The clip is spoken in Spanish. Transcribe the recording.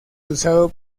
usado